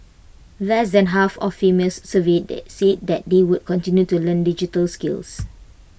less than half of females surveyed said they would continue to learn digital skills